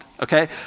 Okay